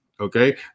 okay